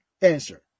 answer